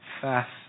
fast